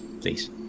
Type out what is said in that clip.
please